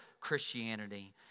Christianity